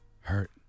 hurt